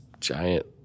giant